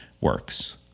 works